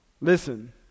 Listen